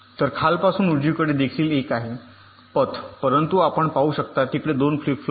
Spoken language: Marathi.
तर खालपासून उजवीकडे देखील एक आहे पथ परंतु आपण पाहू शकता तिकडे 2 फ्लिप फ्लॉप आहेत